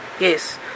Yes